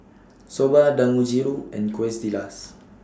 Soba Dangojiru and Quesadillas